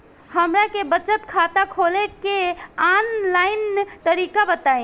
हमरा के बचत खाता खोले के आन लाइन तरीका बताईं?